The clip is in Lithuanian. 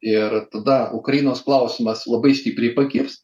ir tada ukrainos klausimas labai stipriai pakibs